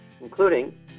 including